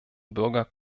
bürger